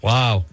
Wow